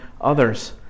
others